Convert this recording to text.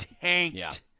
tanked